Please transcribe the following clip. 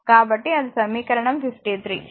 కాబట్టి అది సమీకరణం 53